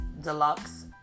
Deluxe